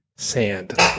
Sand